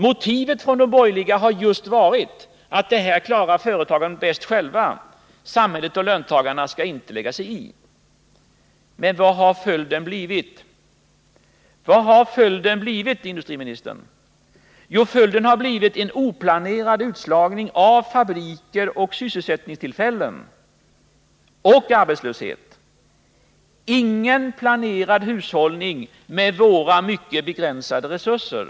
Motivet från de borgerliga har just varit: Det här klarar företagen bäst själva. Samhället och löntagarna skall inte lägga sig i. Vad har följden blivit? Jo, en oplanerad utslagning av fabriker och sysselsättningstillfällen samt arbetslöshet, men inget av planerad hushållning med våra mycket begränsade resurser.